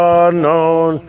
unknown